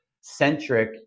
centric